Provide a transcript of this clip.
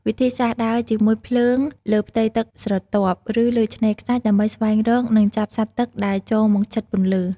វិធីសាស្រ្ត ដើរជាមួយភ្លើងលើផ្ទៃទឹកស្រទាប់ ឬលើឆ្នេរខ្សាច់ ដើម្បីស្វែងរក និងចាប់សត្វទឹកដែលចូលមកជិតពន្លឺ។